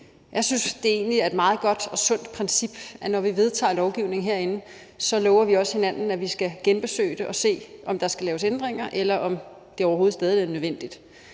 det er et meget godt og sundt princip, at vi, når vi vedtager lovgivning herinde, så også lover hinanden, at vi skal genbesøge det og se, om der skal laves ændringer, eller om det overhovedet stadig er nødvendigt.